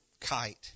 kite